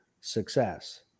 success